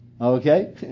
okay